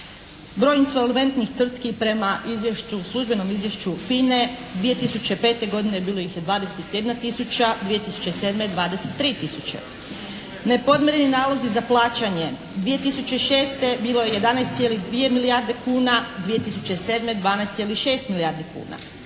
Broj insolventnih tvrtki prema izvješću, službenom izvješću FINA-e 2005. godine bilo ih je 21 tisuća, 2007. 23 tisuće. Nepodmireni nalozi za plaćanje 2006. bilo je 11,2 milijarde kuna, 2007. 12,6 milijardi kuna.